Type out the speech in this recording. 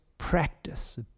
practice